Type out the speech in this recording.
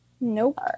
Nope